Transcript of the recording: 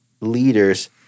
leaders